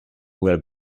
will